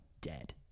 dead